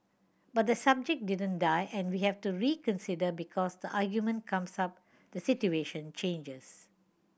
but the subject didn't die and we have to reconsider because the argument comes up the situation changes